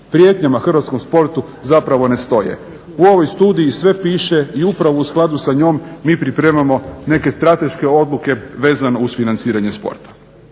prijetnjama hrvatskom sportu zapravo ne stoje. U ovoj studiji sve piše i upravo u skladu sa njom mi pripremamo neke strateške odluke vezano uz financiranje sporta.